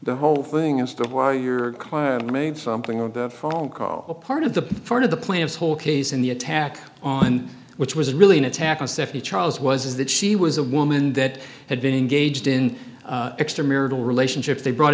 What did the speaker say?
the whole thing as to why your client made something of that phone call a part of the part of the plant's whole case in the attack on which was really an attack on stephanie charles was that she was a woman that had been engaged in extramarital relationships they brought